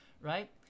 right